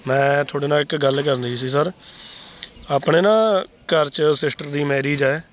ਮੈਂ ਤੁਹਾਡੇ ਨਾਲ ਇੱਕ ਗੱਲ ਕਰਨੀ ਸੀ ਸਰ ਆਪਣੇ ਨਾ ਘਰ 'ਚ ਸਿਸਟਰ ਦੀ ਮੈਰਿਜ ਹੈ